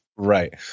Right